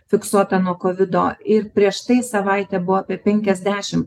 fiksuota nuo kovido ir prieš tai savaitę buvo apie penkiasdešim